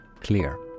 clear